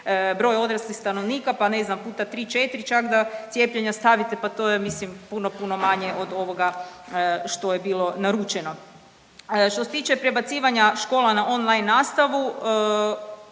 broj odraslih stanovnika, pa ne znam puta tri, četiri čak da cijepljenja stavite, pa to je mislim puno, puno manje od ovoga što je bilo naručeno. Što se tiče prebacivanja škola na online nastavu,